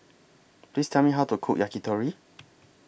Please Tell Me How to Cook Yakitori